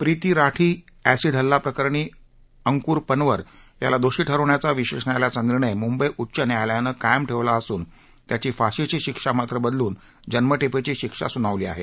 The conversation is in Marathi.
प्रीती राठी एसिड हल्ला प्रकरणी अंकूर पन्वर याला दोषी ठरवण्याचा विशेष न्यायालयाचा निर्णय मुंबई उच्च न्यायालयानं कायम ठेवला असून त्याची फाशीची शिक्षा मात्र बदलून जन्मठेपेची शिक्षा सुनावली आहे